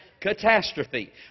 Catastrophe